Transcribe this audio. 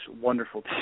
wonderful